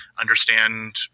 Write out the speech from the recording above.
understand